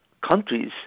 countries